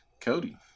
Cody